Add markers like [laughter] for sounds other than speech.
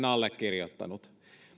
[unintelligible] allekirjoittanut